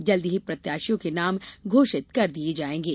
जल्द ही प्रत्याशियों के नाम घोषित कर दिये जायेंगे